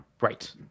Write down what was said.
Right